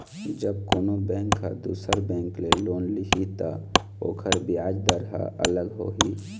जब कोनो बेंक ह दुसर बेंक ले लोन लिही त ओखर बियाज दर ह अलग होही